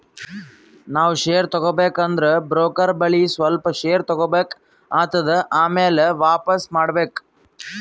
ನಾವ್ ಶೇರ್ ತಗೋಬೇಕ ಅಂದುರ್ ಬ್ರೋಕರ್ ಬಲ್ಲಿ ಸ್ವಲ್ಪ ಶೇರ್ ತಗೋಬೇಕ್ ಆತ್ತುದ್ ಆಮ್ಯಾಲ ವಾಪಿಸ್ ಮಾಡ್ಬೇಕ್